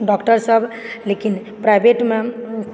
डॉक्टरसभ लेकिन प्राइवेटमे